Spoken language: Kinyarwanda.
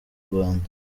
rwanda